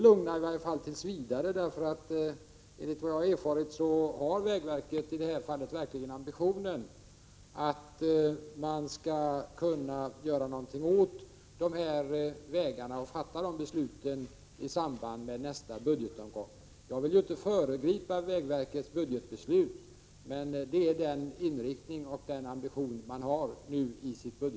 Jag vill inte föregripa vägverkets budgetbeslut, men enligt vad jag har erfarit har vägverket i detta fall verkligen ambitionen att göra någonting åt dessa vägar och fatta beslut i samband med nästa budgetomgång.